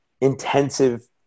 intensive